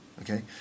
okay